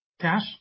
Cash